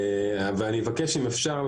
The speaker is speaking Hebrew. אני מבקש אם אפשר,